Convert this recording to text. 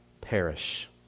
perish